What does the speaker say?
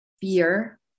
fear